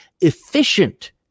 efficient